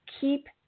keep